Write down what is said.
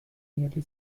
nearly